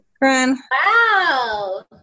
Wow